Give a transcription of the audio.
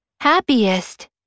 happiest